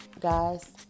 guys